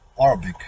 Arabic